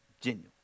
Genuine